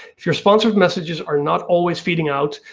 if your sponsored messages are not always feeding out,